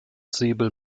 säbel